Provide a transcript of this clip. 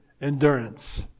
endurance